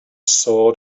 sword